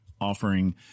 offering